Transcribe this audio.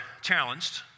challenged